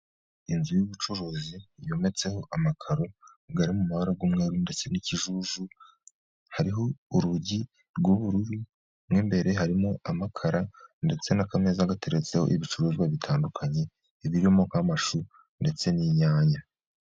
Inzu y'ubucuruzi yometseho amakaro ari mu mabara y'umweru ndetse n'ikijuju. Hariho urugi rw'ubururu n'imbere harimo amakara ndetse n'akameza gateretseho ibicuruzwa bitandukanye birimo nk'amashu ndetse n'inyanya.